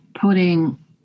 putting